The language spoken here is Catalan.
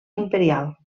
imperial